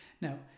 Now